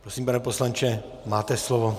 Prosím, pane poslanče, máte slovo.